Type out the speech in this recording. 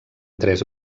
tres